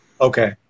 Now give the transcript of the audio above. okay